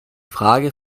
frage